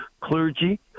clergy